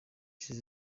that